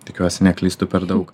tikiuosi neklystu per daug